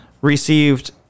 received